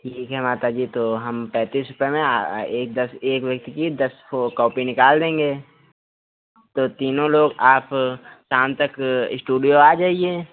ठीक है माता जी तो हम पैंतीस रुपये में एक दस एक व्यक्ति की दस फो कॉपी निकाल देंगे तो तीनों लोग आप शाम तक स्टूडियो आ जाइए